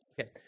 Okay